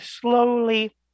slowly